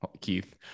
Keith